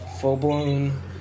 full-blown